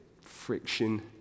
friction